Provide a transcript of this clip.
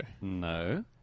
No